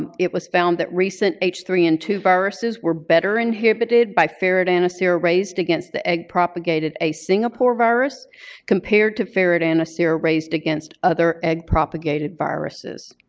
um it was found that recent h three n and two viruses were better inhibited by ferret antisera raised against the egg-propagated a singapore virus compared to ferret antisera raised against other egg-propagated viruses.